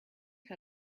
how